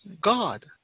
God